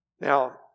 Now